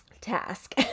task